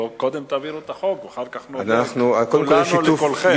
בואו קודם תעבירו את החוק ואחר כך נודה כולנו לכולכם.